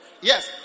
Yes